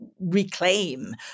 reclaim